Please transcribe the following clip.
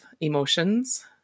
emotions